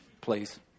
please